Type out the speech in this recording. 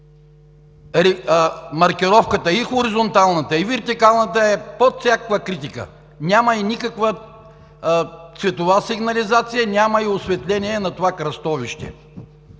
Маркировката – и хоризонталната, и вертикалната, е под всякаква критика, няма и никаква цветова сигнализация, няма и осветление на това кръстовище.